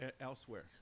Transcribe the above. elsewhere